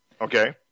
Okay